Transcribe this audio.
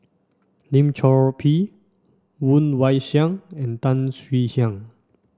Lim Chor Pee Woon Wah Siang and Tan Swie Hian